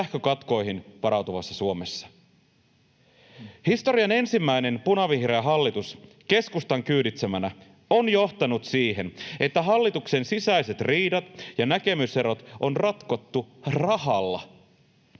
sähkökatkoihin varautuvassa Suomessa? Historian ensimmäinen punavihreä hallitus, keskustan kyyditsemänä, on johtanut siihen, että hallituksen sisäiset riidat ja näkemyserot on ratkottu rahalla.